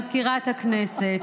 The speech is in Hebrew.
מזכירת הכנסת,